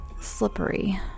slippery